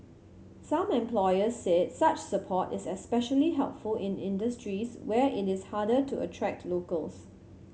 some employers said such support is especially helpful in industries where it is harder to attract locals